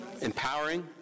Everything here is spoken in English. Empowering